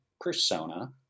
persona